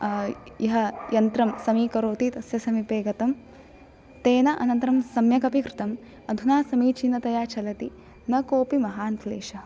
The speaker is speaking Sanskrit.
यः यन्त्रं समीकरोति तस्य समीपे गतं तेन अनन्तरं सम्यक् अपि कृतम् अधुना समीचीनतया चलति न कोऽपि महान् क्लेषः